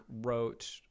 wrote